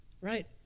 right